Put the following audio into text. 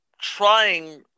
trying